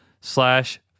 slash